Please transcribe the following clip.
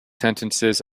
sentences